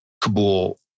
Kabul